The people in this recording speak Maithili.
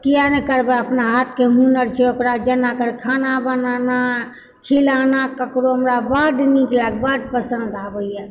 किए नहि करबे अपना हाथके हुनर छै ओकरा जेना खाना बनानाखिलाना ककरो हमरा बड नीक लागैए बड पसन्द आबैए